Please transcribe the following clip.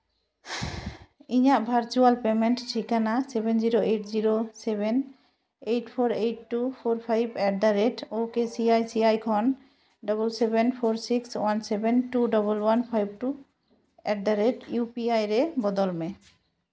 ᱤᱧᱟᱹᱜ virtual payment ᱴᱷᱤᱠᱟᱱᱟ seven zero eight zero seven eight four eight two four five at the rate O K C I C I ᱠᱷᱚᱱ double seven four six one seven two double one five two at the rate U P I ᱨᱮ ᱵᱚᱫᱚᱞ ᱢᱮ